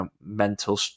mental